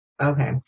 Okay